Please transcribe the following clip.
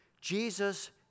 Jesus